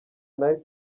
nice